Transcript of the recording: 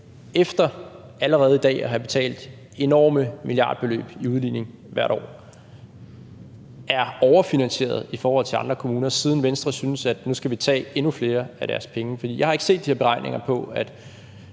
efter allerede i dag at have betalt enorme milliardbeløb i udligning hvert år, er overfinansieret i forhold til andre kommuner, siden Venstre synes, at vi nu skal tage endnu flere af deres penge? For jeg har ikke set de her beregninger,